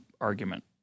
argument